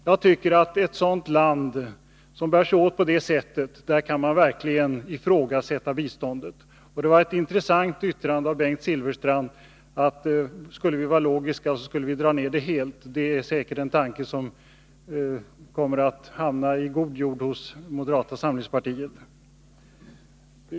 Vårt bistånd till ett land som bär sig åt på det sättet tycker jag verkligen kan ifrågasättas. Det var intressant att höra Bengt Silfverstrand yttra att vi, om vi vore logiska, helt skulle ta bort anslaget. Det är en tanke som säkert skulle hamna i god jord hos moderata samlingspartiet.